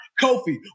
Kofi